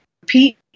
repeat